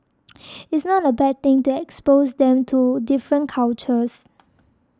it's not a bad thing to expose them to different cultures